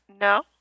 No